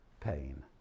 pain